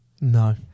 No